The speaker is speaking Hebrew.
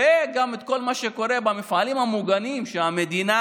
וגם את כל מה שקורה במפעלים המוגנים שהמדינה